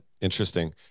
Interesting